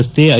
ರಸ್ತೆ ಐ